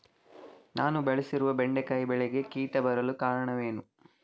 ನಾನು ಬೆಳೆಸಿರುವ ಬೆಂಡೆಕಾಯಿ ಬೆಳೆಗೆ ಕೀಟ ಬರಲು ಕಾರಣವೇನು?